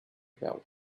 about